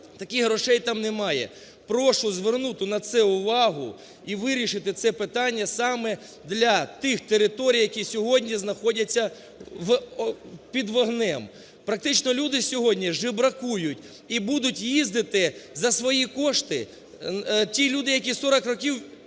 Таких грошей там немає. Прошу звернути на це увагу і вирішити це питання саме для тих територій, які сьогодні знаходяться під вогнем. Практично люди сьогодні жебракують і будуть їздити за свої кошти, ті люди, які 40 років